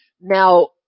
Now